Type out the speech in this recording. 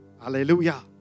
Hallelujah